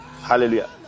Hallelujah